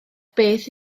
beth